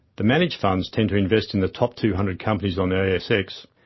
the managed funds tend to invest in the top two hundred companies on the asx,